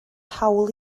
hawl